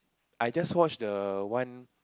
I just watch the one